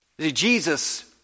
Jesus